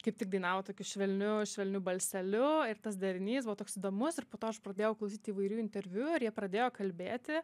kaip tik dainavo tokiu švelniu švelniu balseliu ir tas derinys buvo toks įdomus ir po to aš pradėjau klausyt įvairių interviu ir jie pradėjo kalbėti